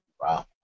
wow